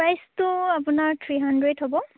প্ৰাইচটো আপোনাৰ three hundred হ'ব